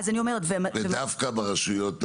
ודווקא ברשויות הללו.